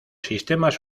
sistemas